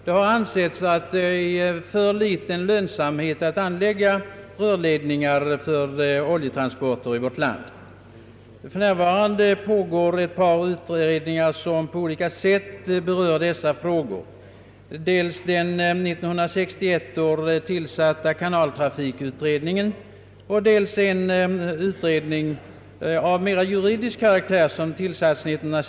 Det har ansetts vara alltför litet lönsamt att i vårt land anlägga rörledningar för oljetransport. För närvarande pågår ett par utredningar som berör dessa frågor, dels den 1961 tillsatta kanaltrafikutredningen och dels 1966 års utredning om oljeledningar.